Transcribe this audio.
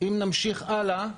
אם נמשיך הלאה,